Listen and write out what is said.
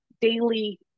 daily